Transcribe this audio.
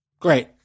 great